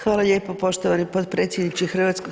Hvala lijepo poštovani potpredsjedniče HS.